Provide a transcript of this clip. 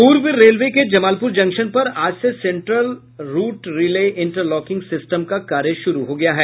पूर्व रेलवे के जमालपुर जंक्शन पर आज से central route relay interlocking system का कार्य शुरू हो गया है